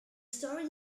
story